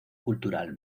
cultural